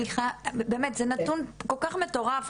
זה נתון כל כך מטורף,